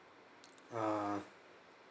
uh